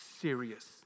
serious